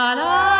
la